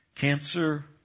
cancer